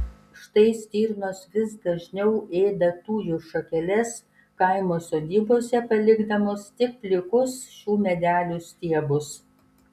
štai stirnos vis dažniau ėda tujų šakeles kaimo sodybose palikdamos tik plikus šių medelių stiebus